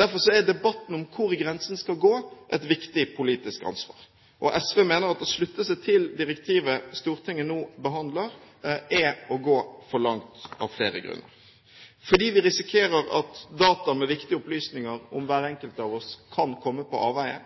Derfor er debatten om hvor grensen skal gå, et viktig politisk ansvar. SV mener at å slutte seg til direktivet som Stortinget nå behandler, er å gå for langt – av flere grunner: Fordi vi risikerer at data med viktige opplysninger om hver enkelt av oss, kan komme på avveier,